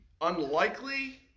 unlikely